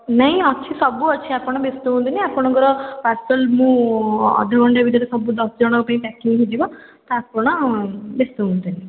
ନାଇଁ ଅଛି ସବୁ ଅଛି ଆପଣ ବ୍ୟସ୍ତ ହୁଅନ୍ତୁନି ଆପଣଙ୍କର ପାର୍ସଲ୍ ମୁଁ ଅଧଘଣ୍ଟେ ଭିତରେ ସବୁ ଦଶଜଣଙ୍କ ପାଇଁ ପ୍ୟାକିଙ୍ଗ୍ ହେଇଯିବ ତ ଆପଣ ବ୍ୟସ୍ତ ହୁଅନ୍ତୁନି